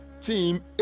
Team